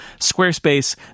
Squarespace